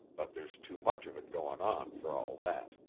but there's too much of it goin' on, for all that.